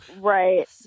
Right